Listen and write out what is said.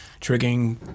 triggering